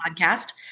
podcast